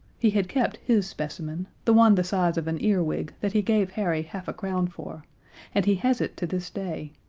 he had kept his specimen the one the size of an earwig that he gave harry half a crown for and he has it to this day.